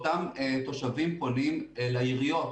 אותם תושבים פונים אל העיריות